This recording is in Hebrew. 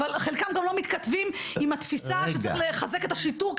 אבל חלקם גם לא מתכתבים עם השיטה שצריך לחזק את השיטור כשיטור.